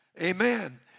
Amen